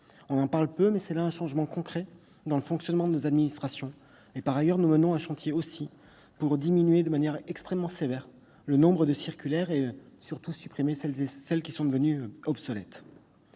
On en parle peu, mais c'est là un changement concret dans le fonctionnement de nos administrations. Par ailleurs, nous oeuvrons aussi pour diminuer de manière extrêmement sévère le nombre de circulaires et, surtout, pour supprimer celles qui sont devenues obsolètes.